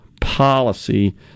policy